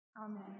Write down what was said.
Amen